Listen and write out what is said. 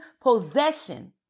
possession